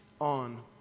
on